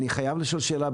אני חייב לשאול שאלה,